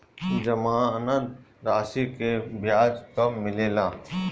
जमानद राशी के ब्याज कब मिले ला?